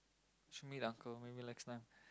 should meet uncle maybe next time